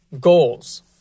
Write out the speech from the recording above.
goals